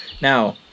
Now